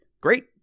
great